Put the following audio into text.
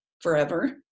forever